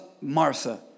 Martha